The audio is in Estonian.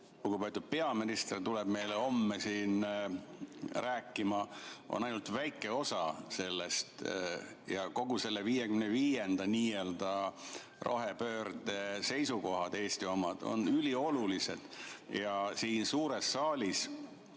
lugupeetud peaminister tuleb meile homme rääkima, on ainult väike osa sellest. Kogu selle "55", nii-öelda rohepöörde seisukohad, Eesti omad, on üliolulised ja siin suures saalis,